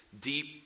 deep